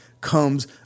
comes